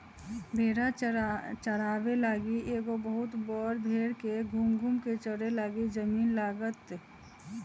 भेड़ा चाराबे लागी एगो बहुत बड़ भेड़ के घुम घुम् कें चरे लागी जमिन्न लागत